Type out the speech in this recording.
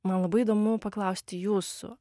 man labai įdomu paklausti jūsų